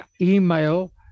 email